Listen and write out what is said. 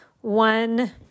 one